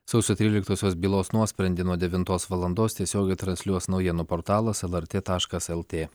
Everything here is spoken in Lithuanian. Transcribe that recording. sausio tryliktosios bylos nuosprendį nuo devintos valandos tiesiogiai transliuos naujienų portalas lrt taškaslt